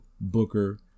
Booker